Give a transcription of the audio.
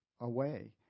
away